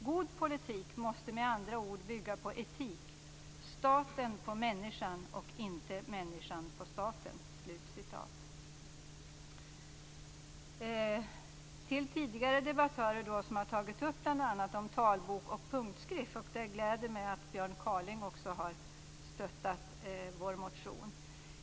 God politik måste med andra ord bygga på etik, staten på människan och inte människan på staten." Tidigare talare har tagit upp frågan om Talboksoch punktskriftsbiblioteket. Det gläder mig att också Björn Kaaling har stött vår motion.